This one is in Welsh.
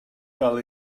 gael